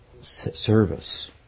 service